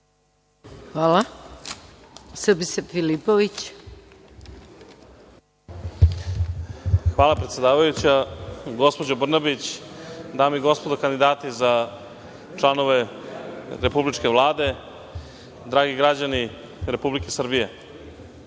**Srbislav Filipović** Hvala predsedavajuća. Gospođo Brnabić, dame i gospodo kandidati za članove Republičke Vlade, dragi građani Republike Srbije,